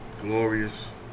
Glorious